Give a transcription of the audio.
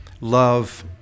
love